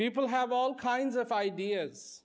people have all kinds of ideas